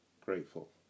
grateful